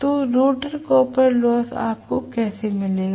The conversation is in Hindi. तो रोटर कॉपर लॉस आपको कैसे मिलेगा